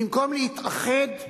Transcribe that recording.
במקום להתאחד,